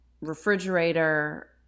refrigerator